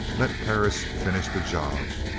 let perris finish the job.